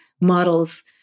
models